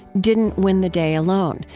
didn't win the day alone.